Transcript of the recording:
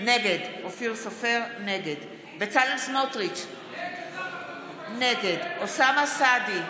נגד בצלאל סמוטריץ' נגד אוסאמה סעדי,